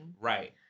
Right